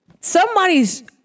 somebody's